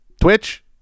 twitch